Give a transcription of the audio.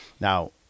Now